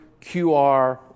qr